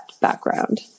background